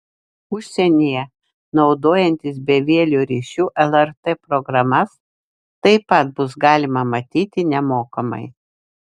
užsienyje naudojantis bevieliu ryšiu lrt programas taip pat bus galima matyti nemokamai